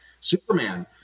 superman